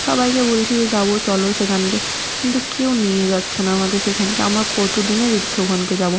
সবাইকে বলছি যে যাবো চলো সেখানকে কিন্তু কেউ নিয়ে যাচ্ছে না আমাকে সেখানকে আমার কতো দিনের ইচ্ছা ওখানে যাবো